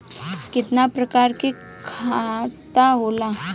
कितना प्रकार के खाता होला?